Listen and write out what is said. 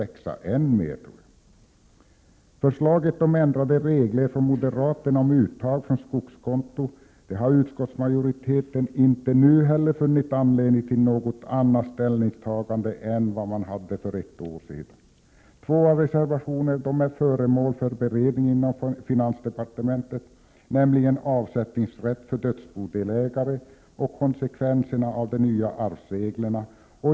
När det gäller förslaget från moderaterna om ändrade regler för uttag från skogskonto har utskottsmajoriteten inte funnit anledning till något annat ställningstagande nu än för ett år sedan. Förslagen i två av reservationerna är föremål för beredning inom finansdepartementet, nämligen frågan om avsättningsrätt för dödsbodelägare och konsekvenserna av de nya arvsreglerna.